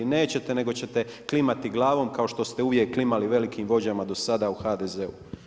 Nećete, nego ćete klimati glavom kao što ste uvijek klimali velikim vođama do sada u HDZ-u.